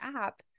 app